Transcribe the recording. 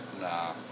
Nah